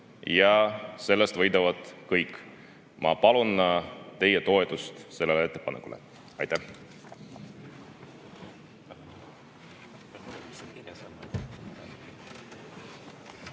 ja sellest võidavad kõik. Ma palun teie toetust sellele ettepanekule. Aitäh!